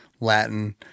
Latin